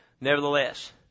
nevertheless